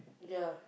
ya